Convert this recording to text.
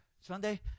Sunday